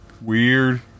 Weird